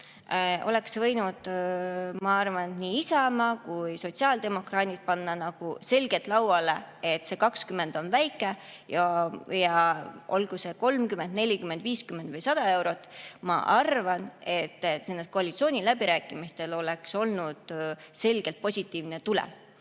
oleks võinud, ma arvan, nii Isamaa kui ka sotsiaaldemokraadid panna selgelt lauale, et see 20 [eurot] on vähe ja olgu see 30, 40, 50 või 100 eurot. Ma arvan, et koalitsiooniläbirääkimistel oleks olnud selgelt positiivne tulem,